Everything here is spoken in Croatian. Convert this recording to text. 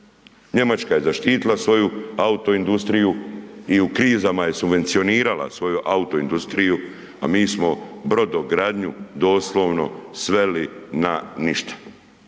Njemačka je zaštitila svoju autoindustriju i u krizama je subvencionirala svoju autoindustriju, a mi smo brodogradnju doslovno sveli na ništa.